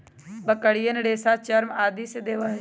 बकरियन रेशा, चर्म आदि भी देवा हई